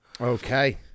okay